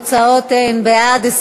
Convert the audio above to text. הודעת ועדת